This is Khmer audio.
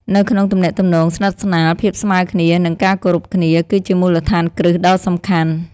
នៅក្នុងទំនាក់ទំនងស្និទ្ធស្នាល ភាពស្មើគ្នា និងការគោរពគ្នា គឺជាមូលដ្ឋានគ្រឹះដ៏សំខាន់។